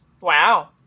Wow